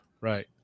right